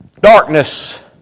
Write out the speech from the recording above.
Darkness